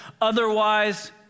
Otherwise